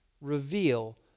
reveal